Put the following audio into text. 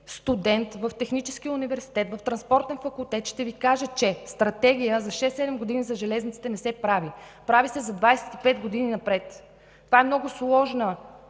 студент в Техническия университет, в Транспортен факултет ще Ви каже, че стратегия за 6 – 7 години за железниците не се прави. Прави се за 25 години напред. Това е много сложна